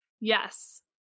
Yes